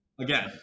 Again